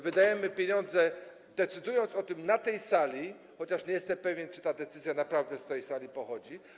Wydajemy pieniądze, decydując o tym na tej sali, chociaż nie jestem pewien, czy ta decyzja naprawdę z tej sali pochodzi.